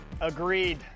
Agreed